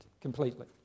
completely